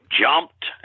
jumped